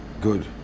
Good